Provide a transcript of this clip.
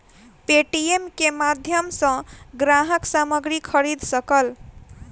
Paytm के माध्यम सॅ ग्राहक सामग्री खरीद सकल